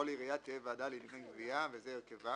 עיריה תהיה ועדה לענייני גביה וזה הרכבה: